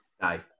Aye